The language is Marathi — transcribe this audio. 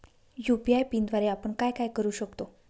यू.पी.आय पिनद्वारे आपण काय काय करु शकतो?